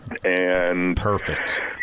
Perfect